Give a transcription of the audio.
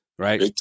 Right